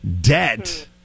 Debt